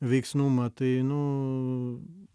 veiksnumą tai nu